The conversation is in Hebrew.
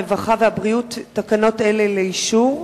הרווחה והבריאות תקנות אלה לאישור?